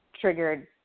triggered